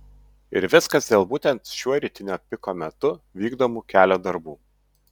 ir viskas dėl būtent šiuo rytinio piko metu vykdomų kelio darbų